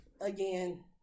again